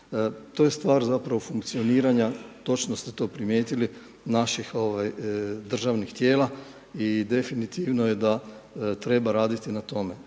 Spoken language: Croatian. To je stvar zapravo funkcioniranja točno ste to primijetili naših državnih tijela i definitivno je da treba raditi na tome.